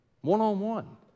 one-on-one